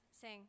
sing